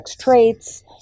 traits